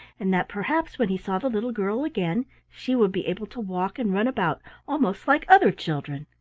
and that perhaps when he saw the little girl again she would be able to walk and run about almost like other children.